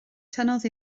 tynnodd